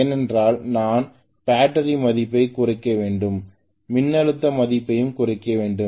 ஏனென்றால் நான் பேட்டரி மதிப்பைக் குறைக்க வேண்டும் மின்னழுத்த மதிப்பையும் குறைக்க வேண்டும்